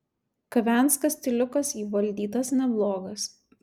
kavenskas stiliukas įvaldytas neblogas